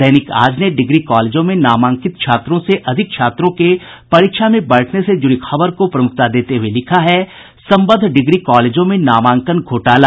दैनिक आज ने डिग्री कॉलेजों में नामांकित छात्रों से अधिक छात्रों के परीक्षा में बैठने से जुड़ी खबर को प्रमुखता देते हुये लिखा है सम्बद्ध डिग्री कॉलेजों में नामांकन घोटाला